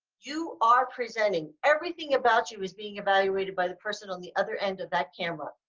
you are presenting everything about you is being evaluated by the person on the other end of that camera.